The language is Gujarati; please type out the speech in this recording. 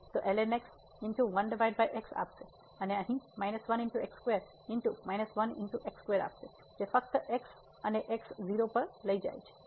તેથી lnx 1x આપશે અને અહીં આપશે જે ફક્ત x છે અને x 0 પર જાય છે